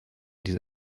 diese